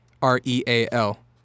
R-E-A-L